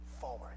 Forward